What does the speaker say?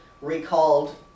recalled